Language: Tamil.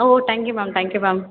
O thank you ma'am thank you ma'am